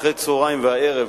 אחר-הצהריים והערב,